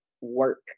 work